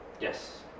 Yes